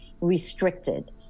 restricted